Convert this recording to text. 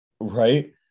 Right